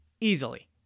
easily